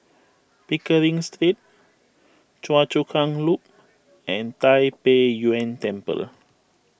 Pickering Street Choa Chu Kang Loop and Tai Pei Yuen Temple